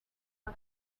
the